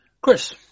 Chris